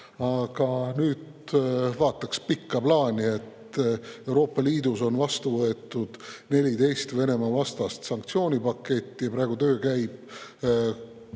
nüüd vaataks pikka plaani. Euroopa Liidus on vastu võetud 14 Venemaa-vastast sanktsioonide paketti, praegu töö käib